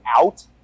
out